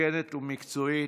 הוגנת ומקצועית.